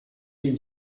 mille